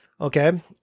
Okay